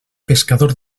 pescador